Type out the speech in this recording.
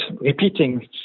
repeating